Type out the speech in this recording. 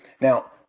Now